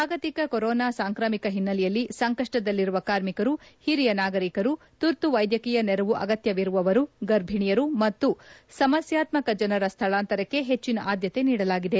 ಜಾಗತಿಕ ಕೊರೋನಾ ಸಾಂಕ್ರಾಮಿಕ ಹಿನ್ನೆಲೆಯಲ್ಲಿ ಸಂಕಷ್ಷದಲ್ಲಿರುವ ಕಾರ್ಮಿಕರು ಹಿರಿಯ ನಾಗರಿಕರು ತುರ್ತು ವೈದ್ಯಕೀಯ ನೆರವು ಅಗತ್ತವಿರುವವರು ಗರ್ಭಣೆಯರು ಮತ್ತಿತರ ಸಮಸ್ಥಾತ್ವಕ ಜನರ ಸ್ಥಳಾಂತರಕ್ಕೆ ಹೆಚ್ಚನ ಆದ್ದತೆ ನೀಡಲಾಗಿದೆ